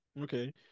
Okay